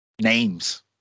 names